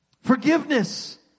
Forgiveness